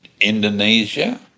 Indonesia